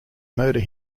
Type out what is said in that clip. murder